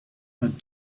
but